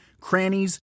crannies